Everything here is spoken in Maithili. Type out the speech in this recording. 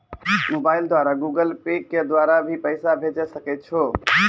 मोबाइल द्वारा गूगल पे के द्वारा भी पैसा भेजै सकै छौ?